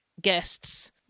guests